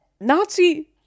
Nazi